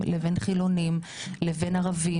אז זה בכלל מראה שאנחנו במציאות קצת משוגעת